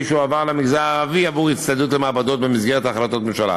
שהועבר למגזר הערבי עבור הצטיידות למעבדות במסגרת החלטות ממשלה.